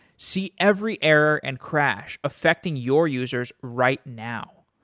see every error and crash affecting your users right now.